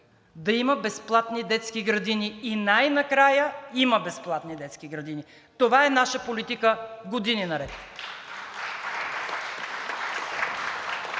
да има безплатни детски градини и най-накрая има безплатни детски градини. Това е наша политика години наред.